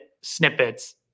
snippets